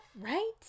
right